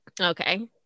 Okay